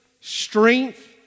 strength